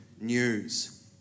news